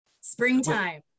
Springtime